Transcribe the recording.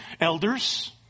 elders